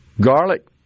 Garlic